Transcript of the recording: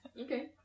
Okay